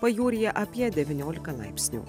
pajūryje apie devyniolika laipsnių